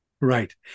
Right